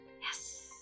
Yes